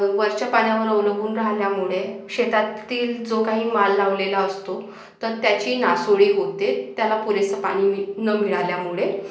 वरच्या पाण्यावर अवलंबून राहिल्यामुळे शेतातील जो काही माल लावलेला असतो तर त्याची नासाडी होते त्याला पुरेसं पाणी न मिळाल्यामुळे